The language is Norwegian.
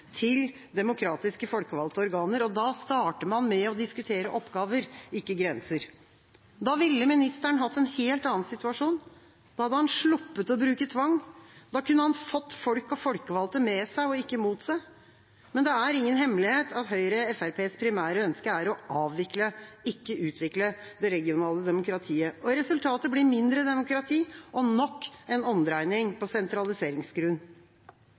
til demokratiske, folkevalgte organer. Da starter man med å diskutere oppgaver, ikke grenser. Da ville ministeren hatt en helt annen situasjon. Da hadde han sluppet å bruke tvang. Da kunne han ha fått folk og folkevalgte med seg, ikke mot seg. Men det er ingen hemmelighet at Høyre og Fremskrittspartiets primære ønske er å avvikle, ikke utvikle det regionale demokratiet. Resultatet blir mindre demokrati og nok en omdreining på